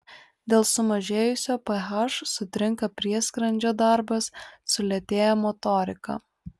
dėl sumažėjusio ph sutrinka prieskrandžio darbas sulėtėja motorika